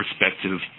perspective